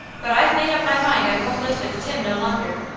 but i've made up my mind i won't live with tim no longer.